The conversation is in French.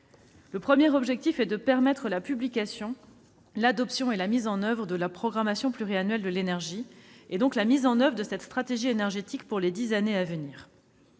Le premier est de permettre la publication et l'adoption de la programmation pluriannuelle de l'énergie, donc la mise en oeuvre de notre stratégie énergétique pour les dix années à venir.